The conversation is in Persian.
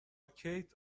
کیت